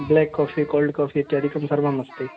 black coffee cold coffee इत्यादिकं सर्वमस्ति